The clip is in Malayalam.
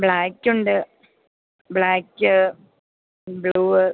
ബ്ലാക്ക് ഉണ്ട് ബ്ലാക്ക് ബ്ലൂവ്